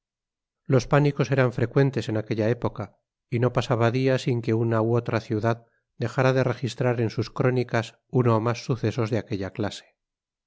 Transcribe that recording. los pánicos eran frecuentes en aquella época y no pasaba dia sin que una ú otra ciudad dejára de registrar en sus crónicas uno ó mas sucesos de aquella clase